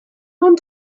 ond